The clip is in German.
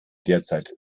derzeit